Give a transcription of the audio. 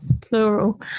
plural